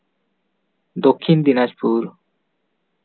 Dakshin Dinajpur